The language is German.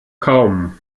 kaum